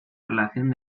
relación